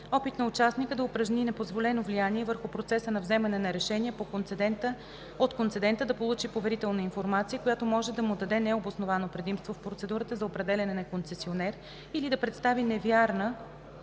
опит на участника да упражни непозволено влияние върху процеса на вземане на решения от концедента, да получи поверителна информация, която може да му даде необосновано предимство в процедурата за определяне на концесионер, или да представи невярна,